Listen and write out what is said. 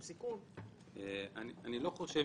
אני לא חושב